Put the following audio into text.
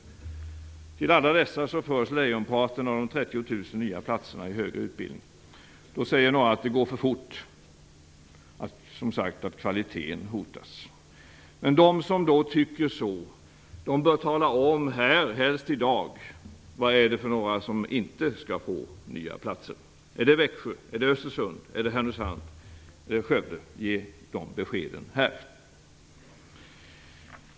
Till alla dessa förs lejonparten av de 30 000 nya platserna i högre utbildning. Då säger några att det går för fort och, som sagt, att kvaliteten hotas. De som tycker så bör tala om här, helst i dag, vilka högskolor som inte skall få nya platser. Är det Växjö? Är det Östersund? Är det Härnösand? Är det Skövde? Ge de beskeden här!